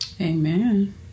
Amen